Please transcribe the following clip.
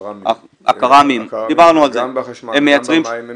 הקרמיים -- דיברנו על זה -- גם בחשמל וגם במים הם